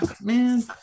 man